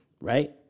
right